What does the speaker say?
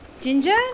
ginger